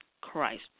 Christ